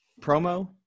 promo